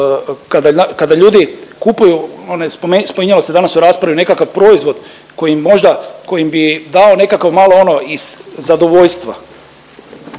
kada ljudi kupuju onaj spominjalo se danas u raspravi nekakav proizvod koji možda, koji bi im dao nekakav malo ono iz zadovoljstva,